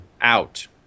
out